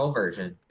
version